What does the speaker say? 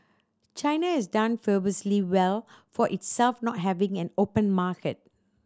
China has done fabulously well for itself not having an open market